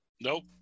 Nope